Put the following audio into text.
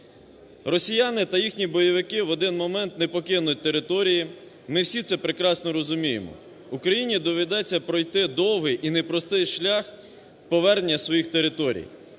Росіяни та їхні бойовики в один момент не покинуть території, ми всі це прекрасно розуміємо. Україні доведеться пройти довгий і непростий шлях повернення своїх територій.